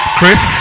Chris